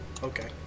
Okay